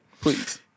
Please